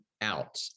out